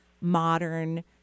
modern